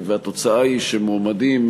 והתוצאה היא שמועמדים,